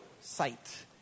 sight